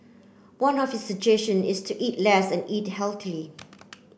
one of his suggestion is to eat less and eat healthily